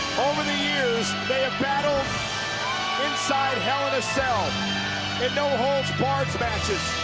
over the years, they have battled inside hell in a cell, in no-holds-barred matches,